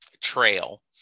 trail